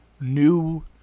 new